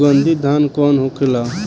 सुगन्धित धान कौन होखेला?